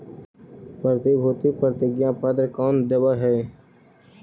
प्रतिभूति प्रतिज्ञा पत्र कौन देवअ हई